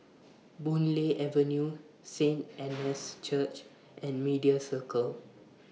Boon Lay Avenue Saint Anne's Church and Media Circle